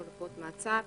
חלופות מעצר,